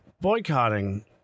Boycotting